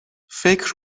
فکر